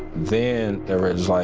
then there was, like